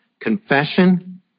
confession